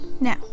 Now